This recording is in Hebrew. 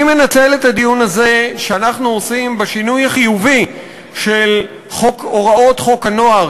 אני מנצל את הדיון הזה שאנחנו עושים בשינוי החיובי של הוראות חוק הנוער,